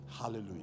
Hallelujah